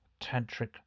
Tantric